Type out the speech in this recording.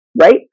Right